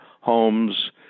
homes